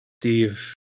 Steve